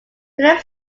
philip